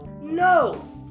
No